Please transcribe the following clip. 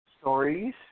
stories